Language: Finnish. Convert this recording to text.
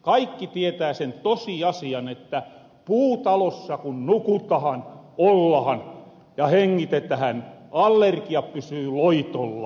kaikki tietää sen tosiasian että puutalossa kun nukutahan ollahan ja hengitetähän allergiat pysyy loitolla